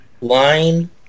line